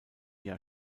jahr